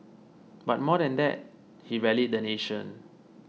but more than that he rallied the nation